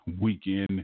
weekend